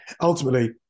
ultimately